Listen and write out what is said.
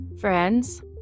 Friends